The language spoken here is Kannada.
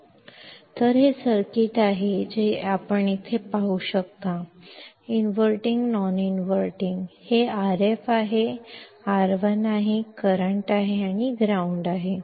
ಆದ್ದರಿಂದ ನೀವು ಇಲ್ಲಿ ನೋಡುವಂತೆ ಇದು ಸರ್ಕ್ಯೂಟ್ ಆಗಿದೆ ಇನ್ವರ್ಟಿಂಗ್ ಟರ್ಮಿನಲ್ನಂತೆಯೇ ನಾನ್ಇನ್ವರ್ಟಿಂಗ್ ಟರ್ಮಿನಲ್ ಇದು Rf ಇದು R1 ಇದು ಪ್ರಸ್ತುತ ಗ್ರೌಂಡ್ ಆಗಿದೆ